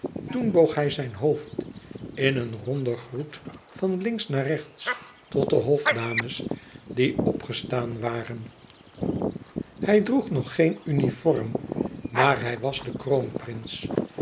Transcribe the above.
boog hij zijn hoofd in een ronden groet van links naar rechts tot de hofdames die opgestaan waren hij droeg nog geen uniform maar hij was de